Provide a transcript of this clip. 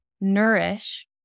nourish